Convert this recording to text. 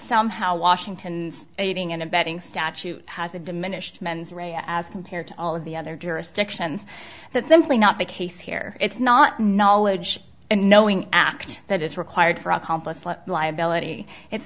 somehow washington aiding and abetting statute has a diminished mens rea as compared to all of the other jurisdictions that's simply not the case here it's not knowledge and knowing act that is required for accomplice liability it's